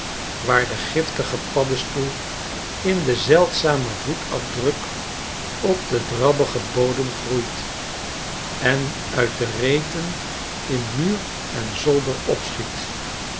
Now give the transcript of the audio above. waar de giftige paddestoel in den zeldzamen voetafdruk op den drabbigen bodem groeit en uit de reten in muur en zolder opschiet